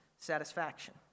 satisfaction